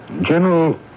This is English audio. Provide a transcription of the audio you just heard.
General